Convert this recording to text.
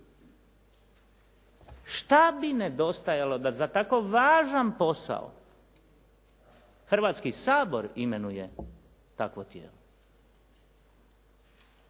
Šta bi nedostajalo da za tako važan posao Hrvatski sabor imenuje takvo tijelo?